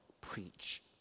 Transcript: preach